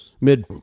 mid